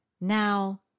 Now